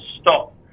stop